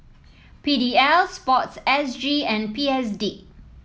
P D L sports S G and P S D